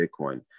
Bitcoin